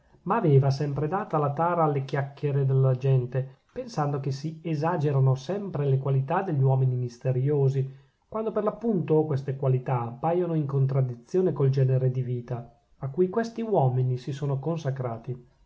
ma aveva sempre data la tara alle chiacchiere della gente pensando che si esagerano sempre le qualità degli uomini misteriosi quando per l'appunto queste qualità paiono in contraddizione col genere di vita a cui questi uomini si sono consacrati